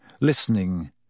listening